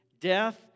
Death